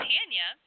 Tanya